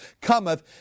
cometh